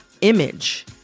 image